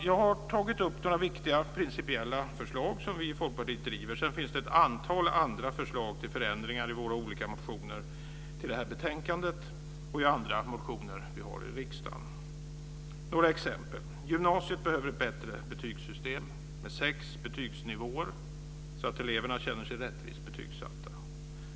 Jag har tagit upp några viktiga principiella förslag som vi i Folkpartiet driver. Sedan finns det ett antal andra förslag till förändringar i våra olika motioner som hör till det här betänkandet och i andra motioner som vi har i riksdagen. Jag kan nämna några exempel. Gymnasiet behöver ett bättre betygssystem med sex betygsnivåer, så att eleverna känner sig rättvist betygssatta.